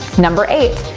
number eight,